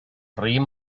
raïm